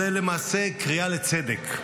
זה למעשה קריאה לצדק,